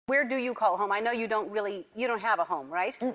where do you call home? i know you don't really you don't have a home, right? and